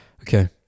okay